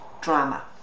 drama